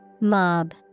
Mob